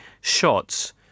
shots